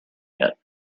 yet